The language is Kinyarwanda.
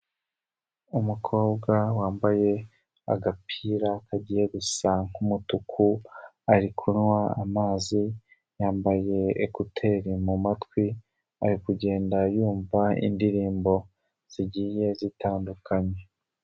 Umukobwa wambaye agapira kagiye gusa nk'umutuku, ari kunwa amazi, yambaye ekuteri mu matwi, ari kugenda yumva indirimbo zigiye zitandukanye.